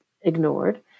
ignored